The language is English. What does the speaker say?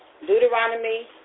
Deuteronomy